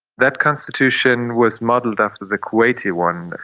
that constitution was modelled after the kuwaiti one.